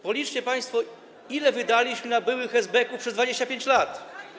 Policzcie państwo, ile wydaliśmy na byłych esbeków przez 25 lat.